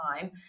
time